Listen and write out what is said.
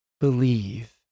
believe